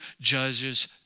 judges